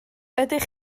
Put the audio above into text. ydych